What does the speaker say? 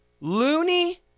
loony